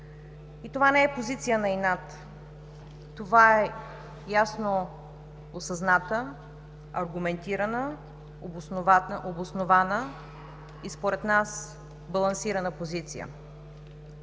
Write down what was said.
И това не е позиция на инат. Това е ясно осъзната, аргументирана, обоснована и, според нас, балансирана позиция.